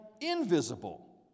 invisible